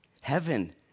heaven